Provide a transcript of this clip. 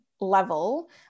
level